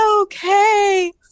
okay